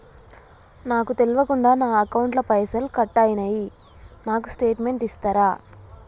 నాకు తెల్వకుండా నా అకౌంట్ ల పైసల్ కట్ అయినై నాకు స్టేటుమెంట్ ఇస్తరా?